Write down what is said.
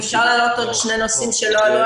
אם אפשר להעלות עוד שני נושאים שלא עלו